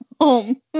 home